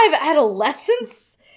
adolescence